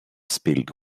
spilled